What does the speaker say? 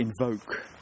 Invoke